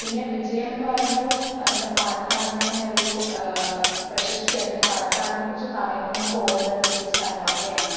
പിന്നെ വിജയം എന്ന് പറയുമ്പോൾ അത് നമ്മുടെ പാലക്കാടിൻ്റെ തന്നെ ഒരു പ്രശസ്തി അല്ലെങ്കിൽ പാലക്കാടിനെ കുറിച്ച് പറയുമ്പോൾ നമുക്ക് ഓർമ്മ വരുന്നത് ഈ ഒരു സ്ഥലങ്ങളൊക്കെയാണ്